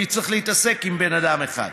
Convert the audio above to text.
כי צריך להתעסק עם בן אדם אחד.